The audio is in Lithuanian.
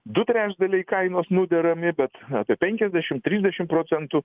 du trečdaliai kainos nuderami bet apie penkiasdešim trisdešim procentų